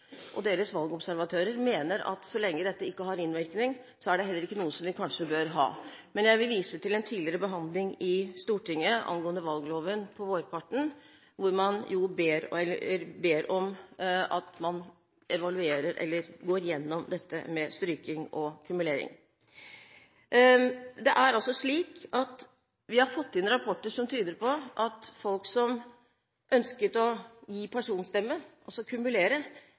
heller ikke noe vi bør ha. Men jeg vil vise til en tidligere behandling i Stortinget på vårparten angående valgloven, hvor man ber om at man evaluerer eller går igjennom dette med stryking og kumulering. Vi har fått inn rapporter som tyder på at folk som ønsket å gi personstemme, altså å kumulere,